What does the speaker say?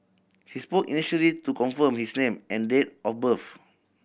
he spoke initially to confirm his name and date of birth